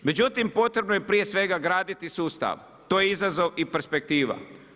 Međutim, potrebni je prije svega graditi sustav, to je izazov i perspektiva.